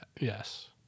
Yes